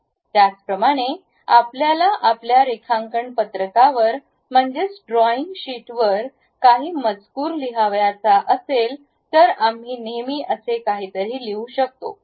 त्याचप्रमाणे आपल्याला आपल्या रेखांकन पत्रकावर म्हणजेच ड्रॉईंग शीट वर काही मजकूर लिहायचा असेल तर आम्ही नेहमी असे काहीतरी लिहू शकतो